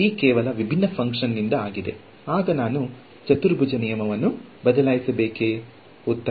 ಈಗ ನೀವು ದುರಾಸೆಯವರಾಗಿರಬಹುದು ಮತ್ತು ಅದೇ ಸಂಖ್ಯೆಯ ಅಂಕಗಳನ್ನು ಉಳಿಸಿಕೊಂಡು ನಾನು ಉತ್ತಮ ನಿಖರತೆಯನ್ನು ಪಡೆಯಬಹುದೇ ಎಂದು ನೀವು ಕೇಳಬಹುದು